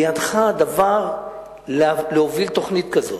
בידך הדבר להוביל תוכנית כזאת.